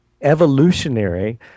evolutionary